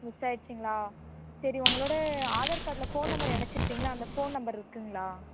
miss ஆகிடுச்சிங்களா சரி உங்களோடய ஆதார் கார்டில் ஃபோன் நம்பர் இணைச்சிருப்பீங்கல்ல அந்த ஃபோன் நம்பர் இருக்குதுங்களா